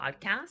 podcast